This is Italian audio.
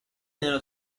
nello